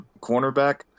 cornerback